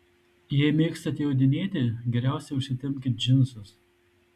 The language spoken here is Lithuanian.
jei mėgstate jodinėti geriausia užsitempkit džinsus